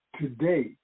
today